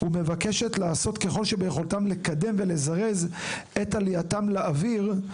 ומבקשת לעשות ככל שביכולתה לקידום ולזירוז עלייתם לאוויר,